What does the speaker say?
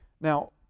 Now